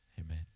Amen